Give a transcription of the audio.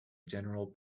general